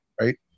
right